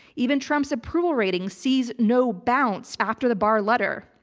even trump's approval rating sees no bounce after the barr letter.